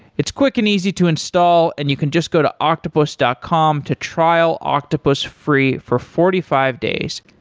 it's quick and easy to install and you can just go to octopus dot com to trial octopus free for forty five days.